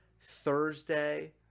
Thursday